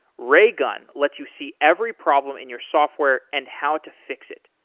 raygun lets you see every problem in your software and how to fix it.